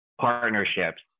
partnerships